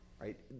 right